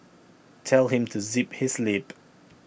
tell him to zip his lip